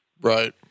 Right